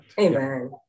Amen